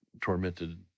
tormented